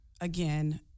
again